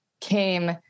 came